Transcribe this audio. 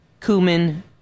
cumin